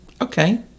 okay